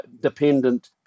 dependent